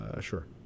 Sure